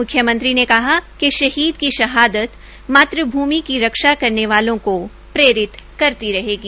म्ख्यमंत्री ने कहा कि शहीद की शहादत मातृ भूमि की रक्षा करने वालों को प्रेरित करती रहेगी